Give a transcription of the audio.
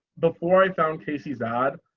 before i found casey's odd.